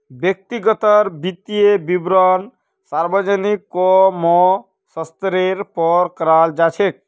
व्यक्तिर वित्तीय विवरणक सार्वजनिक क म स्तरेर पर कराल जा छेक